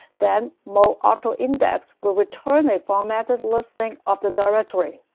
then mod autoindex will return a formatted listing of the directory.